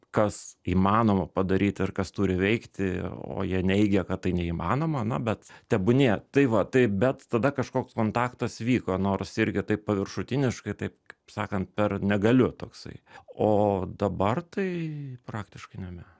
kas įmanoma padaryt ir kas turi veikti o jie neigia kad tai neįmanoma na bet tebūnie tai va taip bet tada kažkoks kontaktas vyko nors irgi taip paviršutiniškai taip kaip sakant per negaliu toksai o dabar tai praktiškai nebe